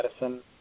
medicine